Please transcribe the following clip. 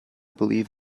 believe